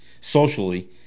socially